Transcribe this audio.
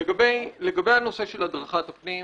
לגבי הנושא של הדרכת הפנים,